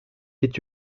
est